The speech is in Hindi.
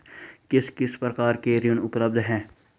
किस किस प्रकार के ऋण उपलब्ध हैं?